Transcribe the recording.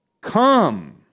come